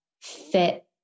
fit